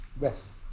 Yes